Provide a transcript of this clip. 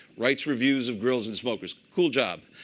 writes reviews of grills and smokers. cool job.